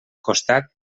costat